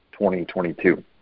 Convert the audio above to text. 2022